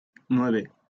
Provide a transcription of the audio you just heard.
nueve